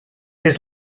his